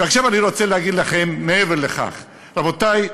ועכשיו אני רוצה להגיד לכם מעבר לכך: רבותי,